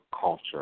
culture